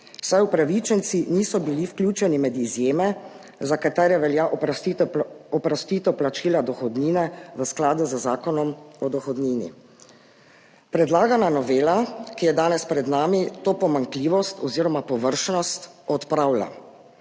saj upravičenci niso bili vključeni med izjeme, za katere velja oprostitev plačila dohodnine v skladu z Zakonom o dohodnini. Predlagana novela, ki je danes pred nami, to pomanjkljivost oziroma površnost odpravlja.